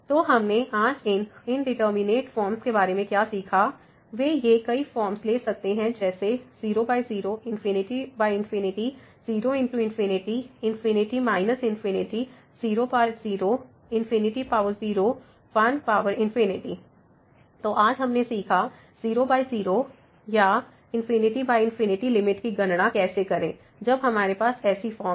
तो हमने आज इन इंडिटरमिनेट फॉर्म्स के बारे में क्या सीखा वे ये कई फॉर्म्स ले सकते हैं जैसे 00 ∞∞ 0×∞ ∞∞ 00 0 1 तो आज हमने सीखा 00 या ∞∞ लिमिट की गणना कैसे करें जब हमारे पास ऐसी फॉर्म है